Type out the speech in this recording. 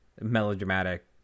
melodramatic